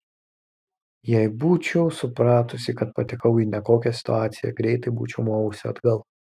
jei būčiau supratusi kad patekau į nekokią situaciją greitai būčiau movusi atgal